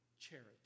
Charity